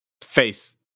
face